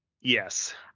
Yes